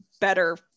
better